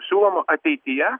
siūloma ateityje